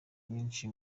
nyinshi